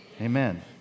Amen